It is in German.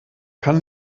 kann